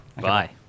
Bye